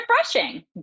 refreshing